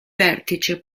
vertice